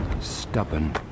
Stubborn